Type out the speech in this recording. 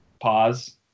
pause